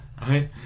Right